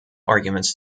arguments